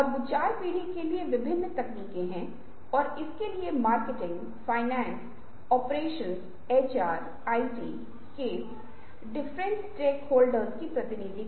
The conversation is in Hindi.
आप बहुत ही चौंकाने वाले रिश्ते बनाते हैं बहुत शक्तिशाली उपमाओं का निर्माण करते है और फिर आपको लगता है कि वाह